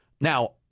Now